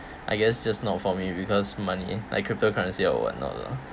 I guess just not for me because money like cryptocurrency or whatnot lah